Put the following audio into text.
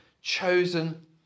chosen